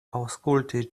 aŭskultis